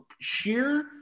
sheer